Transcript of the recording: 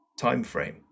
timeframe